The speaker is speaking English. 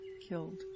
killed